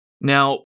Now